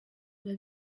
biba